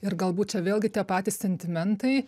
ir galbūt čia vėlgi tie patys sentimentai